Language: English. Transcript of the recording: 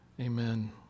amen